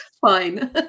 fine